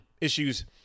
issues